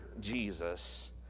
Jesus